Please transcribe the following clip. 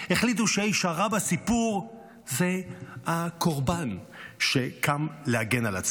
החליטו שהאיש הרע בסיפור זה הקורבן שקם להגן על עצמו.